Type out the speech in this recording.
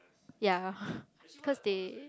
ya cause they